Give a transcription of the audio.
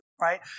right